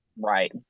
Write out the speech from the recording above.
Right